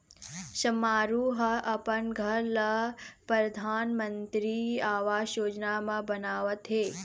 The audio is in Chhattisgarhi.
समारू ह अपन घर ल परधानमंतरी आवास योजना म बनवावत हे